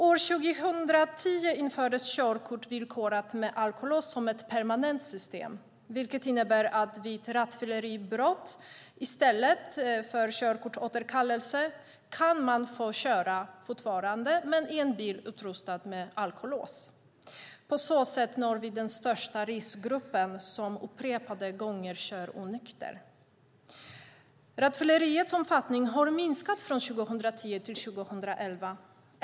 År 2010 infördes körkort villkorat med alkolås som ett permanent system, vilket innebär att man vid rattfylleribrott i stället för körkortsåterkallelse kan få fortsätta att köra, men i en bil utrustad med alkolås. På så sätt når vi den största riskgruppen, människor som upprepade gånger kör onyktra. Rattfylleriets omfattning har minskat från 2010 till 2011.